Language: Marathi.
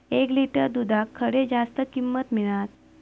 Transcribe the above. एक लिटर दूधाक खडे जास्त किंमत मिळात?